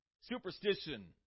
superstition